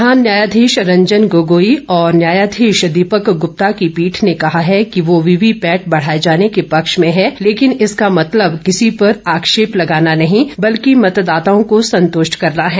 प्रधान न्यायाधीश रंजन गोगोई और न्यायाधीश दीपक ग्रप्ता की पीठ ने कहा है कि वो वीवीपैट बढाए जाने के पक्ष में है लेकिन इसका मतलब किसी पर आक्षेप लगाना नहीं बल्कि मतदाताओं को संतुष्ट करना है